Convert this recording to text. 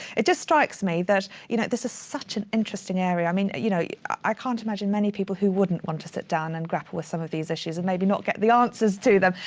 it just strikes me that you know this is such an interesting area i. mean you know i can't imagine many people who wouldn't want to sit down and grapple with some of these issues and maybe not get the answers to them,